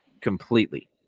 Completely